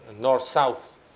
north-south